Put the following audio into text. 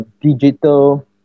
digital